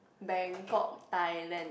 Bangkok Thailand